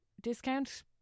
discount